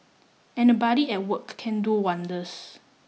and a buddy at work can do wonders